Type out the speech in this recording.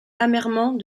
amèrement